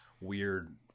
weird